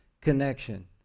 connection